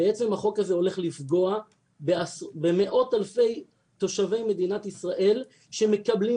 בעצם החוק הזה הולך לפגוע במאות אלפי תושבי מדינת ישראל שמקבלים